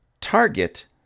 Target